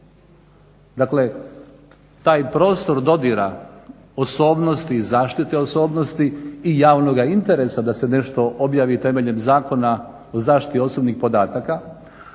Dakle, taj prostor dodira osobnosti i zaštite osobnosti i javnoga interesa da se nešto objavi temeljem Zakona o zaštiti osobnih podataka,